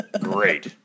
great